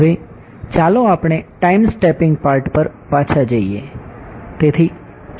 હવે ચાલો આપણે ટાઈમ સ્ટેપિંગ પાર્ટ પર પાછા જઈએ